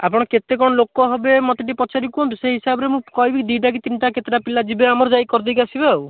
ଆପଣ କେତେ କ'ଣ ଲୋକ ହେବେ ମୋତେ ଟିକିଏ ପଚାରି କୁହନ୍ତୁ ସେଇ ହିସାବରେ ମୁଁ କହିବି ଦୁଇଟା କି ତିନିଟା କେତେଟା ପିଲା ଯିବେ ଆମର ଯାଇ କରିଦେଇକି ଆସିବେ ଆଉ